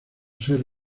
ser